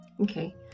okay